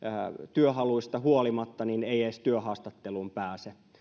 työhaluista huolimatta ei edes työhaastatteluun pääse